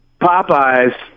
Popeyes